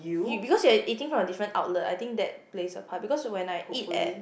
you because you are eating from a different outlet I think that plays a part because when I eat at